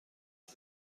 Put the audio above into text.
کنم